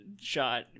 shot